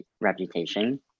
reputation